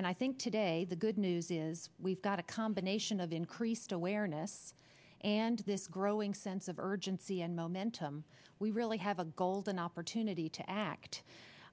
and i think today the good news is we've got a combination of increased awareness and this growing sense of urgency and momentum we really have a golden opportunity to act